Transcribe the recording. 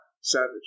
savage